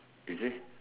you see